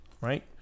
right